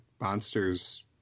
monsters